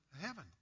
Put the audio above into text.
heaven